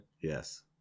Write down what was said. Yes